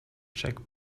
check